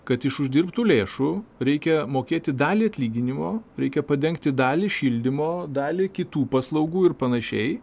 kad iš uždirbtų lėšų reikia mokėti dalį atlyginimo reikia padengti dalį šildymo dalį kitų paslaugų ir panašiai